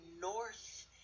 north